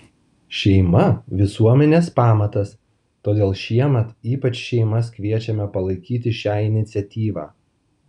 šeima visuomenės pamatas todėl šiemet ypač šeimas kviečiame palaikyti šią iniciatyvą